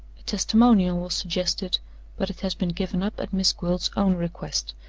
a testimonial was suggested but it has been given up at miss gwilt's own request,